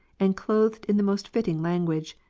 and clothed in the most fitting language,